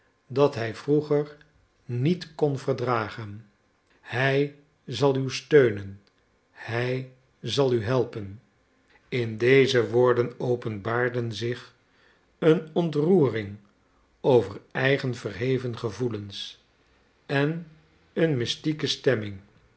dat hij vroeger niet kon verdragen hij zal u steunen hij zal u helpen in deze woorden openbaarde zich een ontroering over eigen verheven gevoelens en een mystieke stemming